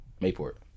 Mayport